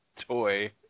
toy